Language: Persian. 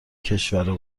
کشورا